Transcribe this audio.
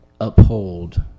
uphold